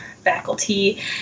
faculty